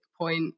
point